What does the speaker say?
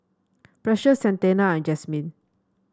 Precious Santana and Jasmine